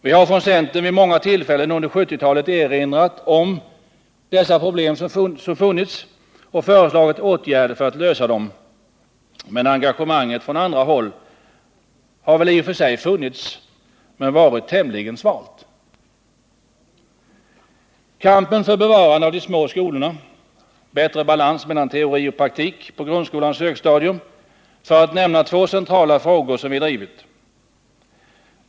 Vi har från centern vid många tillfällen under 1970-talet erinrat om de problem som funnits och föreslagit åtgärder för att lösa dem. Engagemanget på andra håll har väl i och för sig funnits men varit tämligen svalt. Bevarande av de små skolorna, bättre balans mellan teori och praktik på grundskolans högstadium är två centrala frågor som vi drivit.